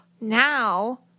Now